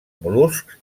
mol·luscs